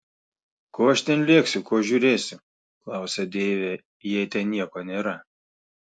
ko aš ten lėksiu ko žiūrėsiu klausia deivė jei ten nieko nėra